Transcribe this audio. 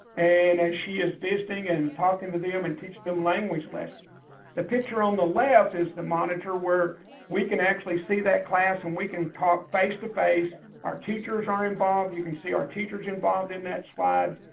and as she is visiting and and talking to them um and teaching them language lesson the picture on the left is the monitor where we can actually see that class, and we can talk face-to-face. our teachers are involved, you can see our teachers involved in that slide.